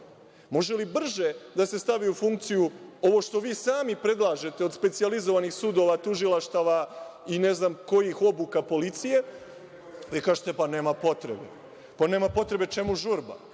može li brže da se stavi u funkciju ovo što vi sami predlažete, od specijalizovanih sudova, tužilaštava i ne znam kojih obuka policije, vi kažete – nema potrebe. Nema potrebe, čemu žurba,